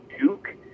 Duke